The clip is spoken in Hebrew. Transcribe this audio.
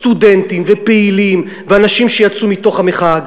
סטודנטים ופעילים ואנשים שיצאו מתוך המחאה.